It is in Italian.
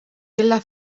della